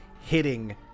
hitting